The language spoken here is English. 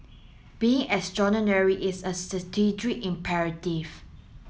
being extraordinary is a strategic imperative